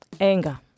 anger